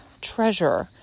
treasure